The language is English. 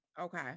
Okay